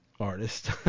artist